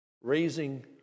raising